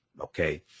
Okay